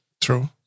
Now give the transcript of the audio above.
True